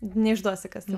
neišduosi kas ten